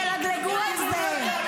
תלגלגו על זה.